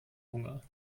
hunger